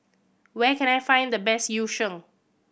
where can I find the best Yu Sheng